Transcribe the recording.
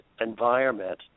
environment